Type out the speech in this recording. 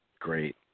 great